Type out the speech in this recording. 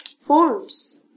forms